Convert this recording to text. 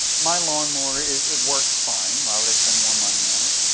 my lawnmower, it works fine. why would i spend more money on it?